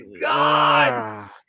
God